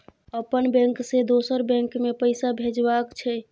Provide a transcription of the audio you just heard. अपन बैंक से दोसर बैंक मे पैसा भेजबाक छै?